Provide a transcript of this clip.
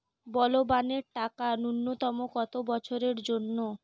বলবনের টাকা ন্যূনতম কত বছরের জন্য?